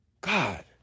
God